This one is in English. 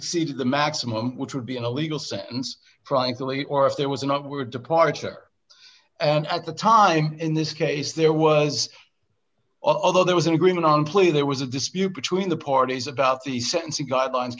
exceeded the maximum which would be in a legal sentence frankly or if there was an upward departure and at the time in this case there was although there was an agreement on play there was a dispute between the parties about the sentencing guidelines